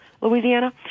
Louisiana